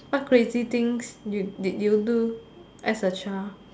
what crazy things did did you do as a child